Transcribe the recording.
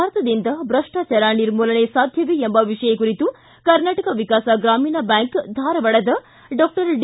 ಭಾರತದಿಂದ ಭ್ರಷ್ಟಾಚಾರ ನಿರ್ಮೂಲನೆ ಸಾಧ್ಯವೇ ಎಂಬ ವಿಷಯ ಕುರಿತು ಕರ್ನಾಟಕ ವಿಕಾಸ ಗ್ರಾಮೀಣ ಬ್ಯಾಂಕ್ ಧಾರವಾಡದ ಡಾಕ್ಷರ್ ಡಿ